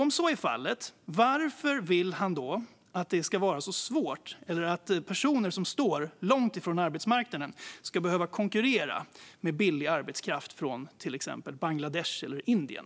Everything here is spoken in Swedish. Om så är fallet, varför vill han då att det ska vara så svårt, att personer som står långt från arbetsmarknaden ska behöva konkurrera med billig arbetskraft från till exempel Bangladesh eller Indien?